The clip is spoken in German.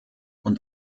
und